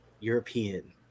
European